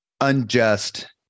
unjust